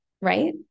right